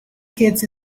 kids